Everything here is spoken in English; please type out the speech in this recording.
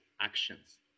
actions